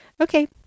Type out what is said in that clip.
Okay